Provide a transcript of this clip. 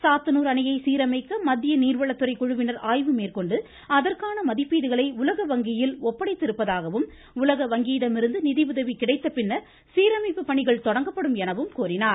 சாத்தனூர் அணையை சீரமைக்க மத்திய நீர்வளத் துறை குழுவினர் ஆய்வு மேற்கொண்டு அதற்கான மதிப்பீடுகளை உலக வங்கியில் ஒப்படைத்து இருப்பதாகவும் உலக வங்கியிடமிருந்து நிதியுதவி கிடைத்த பின்னர் சீரமைப்புப் பணிகள் தொடங்கப்படும எனவும் கூறினார்